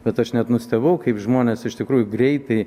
bet aš net nustebau kaip žmonės iš tikrųjų greitai